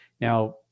Now